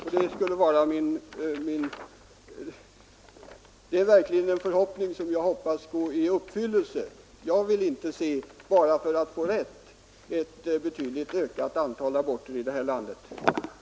Och det är en förhoppning som jag verkligen önskar skall gå i uppfyllelse. Jag vill inte bara för att få rätt se ett betydligt ökat antal aborter i det här landet.